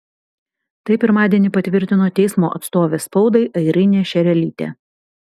tai pirmadienį patvirtino teismo atstovė spaudai airinė šerelytė